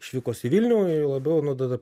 išvykos į vilnių ir labiau nu tada